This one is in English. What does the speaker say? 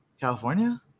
California